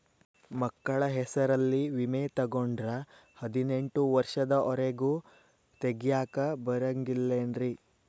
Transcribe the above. ಮಕ್ಕಳ ಹೆಸರಲ್ಲಿ ವಿಮೆ ತೊಗೊಂಡ್ರ ಹದಿನೆಂಟು ವರ್ಷದ ಒರೆಗೂ ತೆಗಿಯಾಕ ಬರಂಗಿಲ್ಲೇನ್ರಿ?